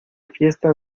fiesta